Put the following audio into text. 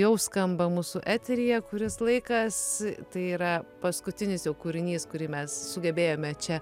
jau skamba mūsų eteryje kuris laikas tai yra paskutinis jau kūrinys kurį mes sugebėjome čia